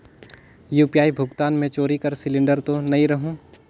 UPI भुगतान मे चोरी कर सिलिंडर तो नइ रहु?